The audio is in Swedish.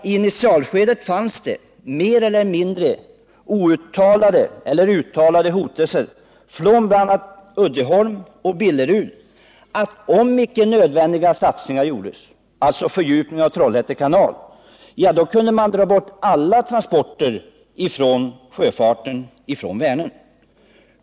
I initialskedet fanns det mer eller mindre uttalade hotelser från bl.a. Uddeholms AB och Billeruds AB att man kunde dra bort alla transporter från Vänern om inte nödvändiga satsningar gjordes, bl.a. en fördjupning av Trollhätte kanal.